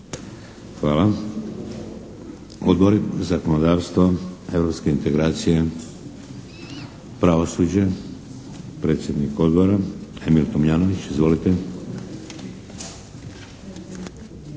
Hvala. Odbori? Zakonodavstvo, europske integracije, pravosuđe? Predsjednik odbora Emil Tomljanović, izvolite.